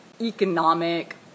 economic